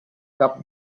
cap